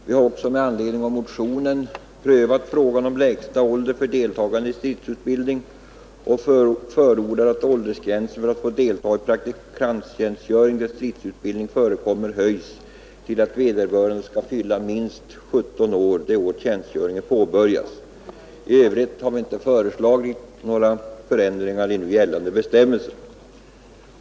Utskottet har med anledning av motionen prövat frågan om lägsta ålder för deltagande i stridsutbildning och förordar att åldersgränsen för deltagande i praktikanttjänstgöring där stridsutbildning förekommer höjs, så att vederbörande skall fylla minst 17 år det år då tjänstgöringen påbörjas. I övrigt har vi inte föreslagit några förändringar i nu gällande bestämmelser.